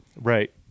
Right